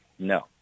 No